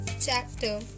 chapter